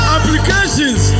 Applications